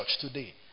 today